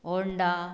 Honda